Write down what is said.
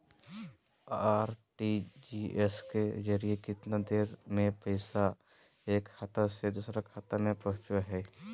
RTGS के जरिए कितना देर में पैसा एक खाता से दुसर खाता में पहुचो है?